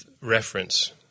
reference